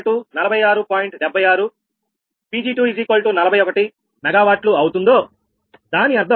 76𝑃𝑔241 𝑀W అవుతుందో దాని అర్థం 𝜆𝜆146